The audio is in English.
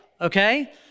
okay